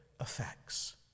effects